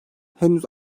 henüz